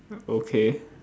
okay